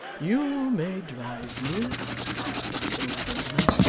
you may drive me said the single gentleman,